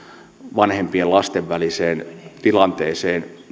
vanhempien ja lasten väliseen tilanteeseen